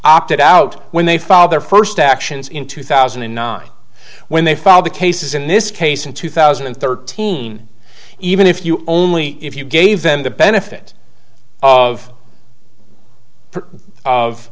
opted out when they filed their first actions in two thousand and nine when they filed the cases in this case in two thousand and thirteen even if you only if you gave them the benefit of of